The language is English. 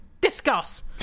Discuss